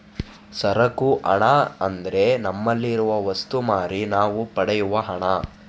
ಸರಕು ಹಣ ಅಂದ್ರೆ ನಮ್ಮಲ್ಲಿ ಇರುವ ವಸ್ತು ಮಾರಿ ನಾವು ಪಡೆಯುವ ಹಣ